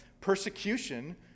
persecution